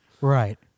Right